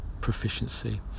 proficiency